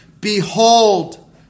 Behold